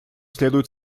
следует